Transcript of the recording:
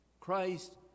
Christ